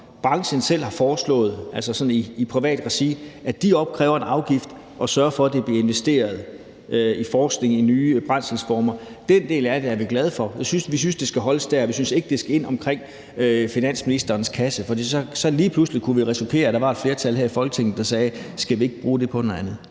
privat regi, nemlig at de opkræver en afgift og sørger for, at det bliver investeret i forskning i nye brændselsformer. Den del af det er vi glade for. Vi synes, at det skal holdes der. Vi synes ikke, at det skal ind omkring finansministerens kasse, for så kunne vi lige pludselig risikere, at der var et flertal her i Folketinget, der sagde: Skal vi ikke bruge det på noget andet?